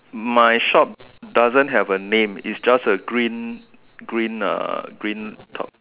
my shop doesn't have a name it's just a green green uh green top